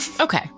okay